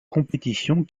compétition